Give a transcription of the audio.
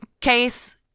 case